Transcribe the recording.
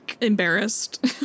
embarrassed